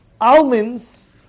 almonds